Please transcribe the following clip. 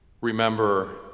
Remember